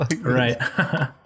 Right